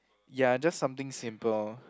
ya just something simple lor